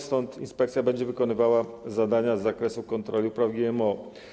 Stąd inspekcja będzie wykonywała zadania z zakresu kontroli i upraw GMO.